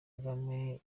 kagame